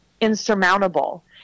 insurmountable